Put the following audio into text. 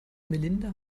melinda